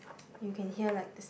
you can hear like the